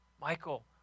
Michael